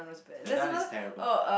the Nun is terrible